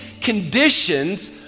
conditions